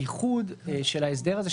הייחוד של ההסדר הזה,